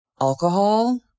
Alcohol